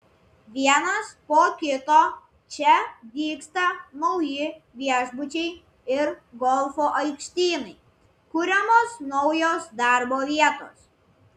vienas po kito čia dygsta nauji viešbučiai ir golfo aikštynai kuriamos naujos darbo vietos